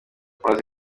amaze